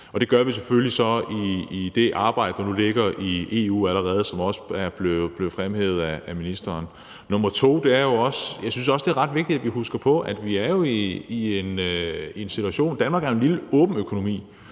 og det gør vi selvfølgelig så i det arbejde, der nu ligger i EU allerede, som det også blev fremhævet af ministeren. Det andet ben, som jeg også synes det er ret vigtigt at vi husker på, er, at vi er i en situation, hvor Danmark som en lille, åben økonomi